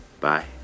Bye